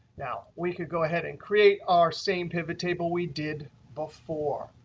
now, we could go ahead and create our same pivot table we did before.